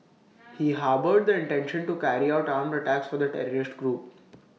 he harboured the intention to carry out armed attacks for the terrorist group